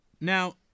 now